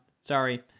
Sorry